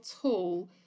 tall